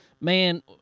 man